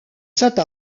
cette